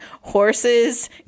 horses